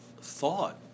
thought